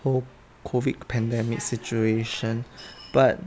co~ COVID pandemic situation but